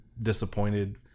disappointed